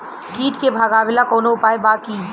कीट के भगावेला कवनो उपाय बा की?